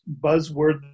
buzzword